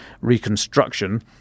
reconstruction